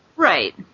Right